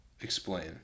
Explain